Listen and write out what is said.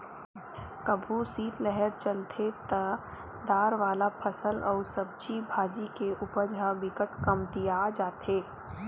कभू सीतलहर चलथे त दार वाला फसल अउ सब्जी भाजी के उपज ह बिकट कमतिया जाथे